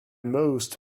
most